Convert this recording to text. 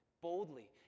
Boldly